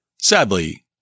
Sadly